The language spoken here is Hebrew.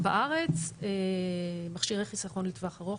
בארץ מכשירי חיסכון לטווח ארוך,